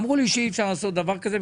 אמרו לי שאי-אפשר לעשות דבר כזה,